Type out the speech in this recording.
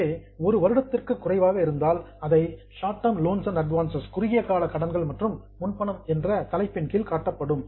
எனவே 1 வருடத்திற்கு குறைவாக இருந்தால் அதை short term loans and advances குறுகிய கால கடன்கள் மற்றும் முன்பணம் என்ற தலைப்பின் கீழ் காட்டப்படும்